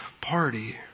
party